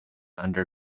under